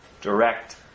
direct